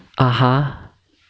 (uh huh)